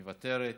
מוותרת,